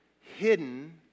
hidden